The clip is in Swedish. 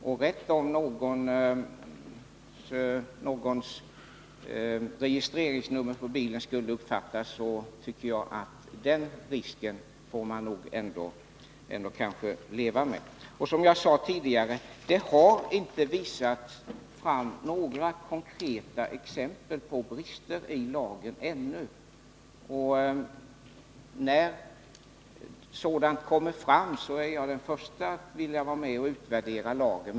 Att registreringsnumret på någons bil skulle uppfattas är en risk som vi ändå får leva med. Som jag sade tidigare har det ännu inte påvisats några konkreta exempel på brister i lagen. När sådant kommer fram vill jag vara den första att utvärdera lagen.